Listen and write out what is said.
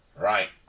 Right